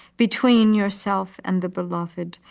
between yourself and the beloved,